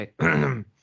okay